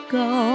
go